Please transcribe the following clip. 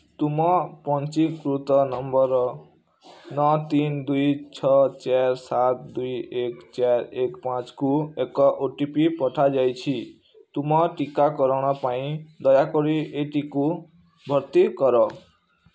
ତୁମ ପଞ୍ଜୀକୃତ ନମ୍ବର ନଅ ତିନ ଦୁଇ ଛଅ ଚାର୍ ସାତ ଦୁଇ ଏକ ଚାର୍ ଏକ ପାଞ୍ଚ କୁ ଏକ ଓ ଟି ପି ପଠାଯାଇଛି ତୁମ ଟିକାକରଣ ପାଇଁ ଦୟାକରି ଏଇଟିକୁ ଭର୍ତ୍ତି କର